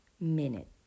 minute